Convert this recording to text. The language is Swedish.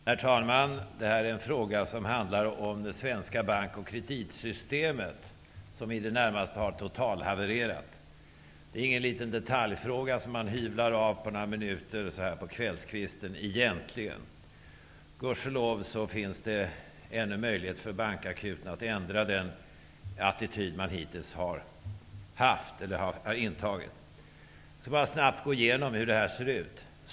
Herr talman! Det här är en fråga som handlar om det svenska bank och kreditsystemet, som i det närmaste har totalhavererat. Det är ingen liten detaljfråga som man hyvlar av på några minuter så här på kvällskvisten, egentligen. Gudskelov finns det ännu möjlighet för bankakuten att ändra den attityd man hittills har intagit. Jag skall bara snabbt gå igenom hur det ser ut.